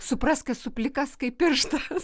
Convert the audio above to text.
suprask esu plikas kaip pirštas